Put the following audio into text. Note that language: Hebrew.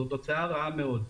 זאת תוצאה רעה מאוד.